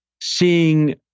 seeing